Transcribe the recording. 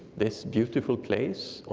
this beautiful place,